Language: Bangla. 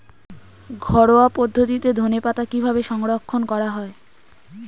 ঘরোয়া পদ্ধতিতে ধনেপাতা কিভাবে সংরক্ষণ করা হয়?